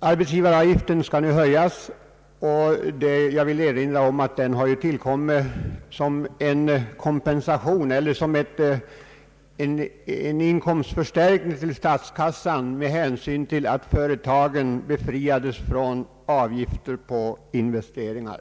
Arbetsgivaravgiften skall nu höjas. Jag vill erinra om att den har tillkommit som en inkomstförstärkning av statskassan med hänsyn till att företagen befriats från avgifter på investeringar.